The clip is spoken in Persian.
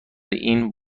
این